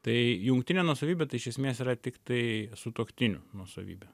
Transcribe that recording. tai jungtinė nuosavybė tai iš esmės yra tiktai sutuoktinių nuosavybė